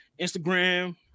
Instagram